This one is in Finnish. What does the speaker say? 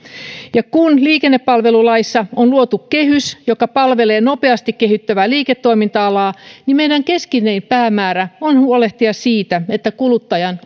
kun liikennepalvelulaissa on luotu kehys joka palvelee nopeasti kehittyvää liiketoiminta alaa niin meidän keskeinen päämäärämme on huolehtia siitä että kuluttajan